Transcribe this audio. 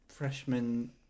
freshman